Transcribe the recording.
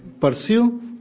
pursue